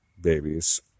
babies